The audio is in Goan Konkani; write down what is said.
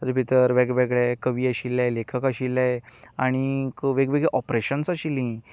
तातूं भितर वेगवेगळे कवी आशिल्ले लेखक आशिल्ले आनीक वेगवेगळी ऑपरेशन्स आशिल्लीं